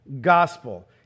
gospel